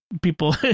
people